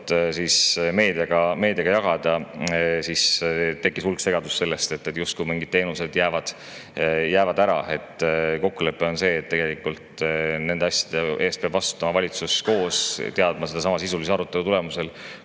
meediaga jagada. Nii tekkis hulk segadust, justkui mingid teenused jäävad ära. Kokkulepe on see, et tegelikult nende asjade eest peab vastutama valitsus koos, teadma sellesama sisulise arutelu tulemusel,